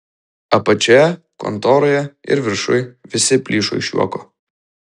apačioje kontoroje ir viršuj visi plyšo iš juoko